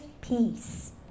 peace